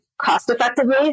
cost-effectively